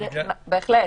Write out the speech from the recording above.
בהחלט.